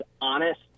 honest